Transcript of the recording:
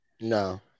No